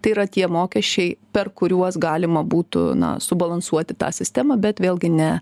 tai yra tie mokesčiai per kuriuos galima būtų na subalansuoti tą sistemą bet vėlgi ne